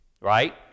right